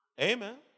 Amen